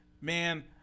man